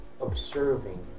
observing